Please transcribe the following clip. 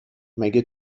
مگه